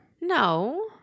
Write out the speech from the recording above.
No